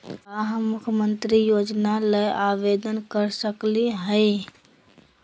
का हम मुख्यमंत्री योजना ला आवेदन कर सकली हई?